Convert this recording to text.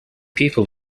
people